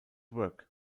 work